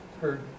heard